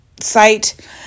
site